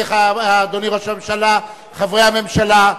אדוני ראש הממשלה,